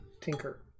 tinker